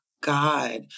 God